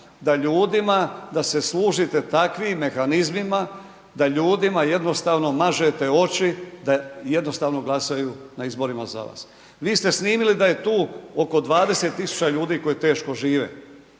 da ljudima, da se služite takvim mehanizmima, da ljudima jednostavno mažete oči, da jednostavno glasaju na izborima za vas. Vi ste snimili da je tu oko 20 000 ljudi koji teško žive.